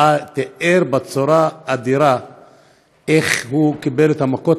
הוא תיאר בצורה אדירה איך הוא קיבל את המכות,